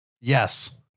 Yes